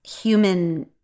human